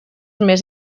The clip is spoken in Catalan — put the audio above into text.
més